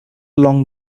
along